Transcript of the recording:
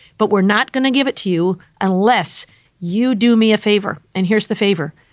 but we're not going to give it to you unless you do me a favor. and here's the favor.